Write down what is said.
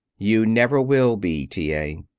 you never will be, t. a.